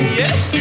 yes